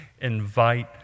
invite